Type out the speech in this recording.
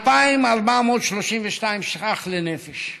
2,432 ש"ח לנפש,